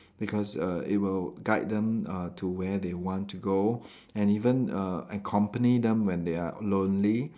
because err it will guide them uh to where they want to go and even uh accompany them when they are lonely